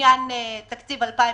לעניין תקציב 2021,